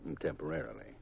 Temporarily